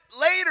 later